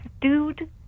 dude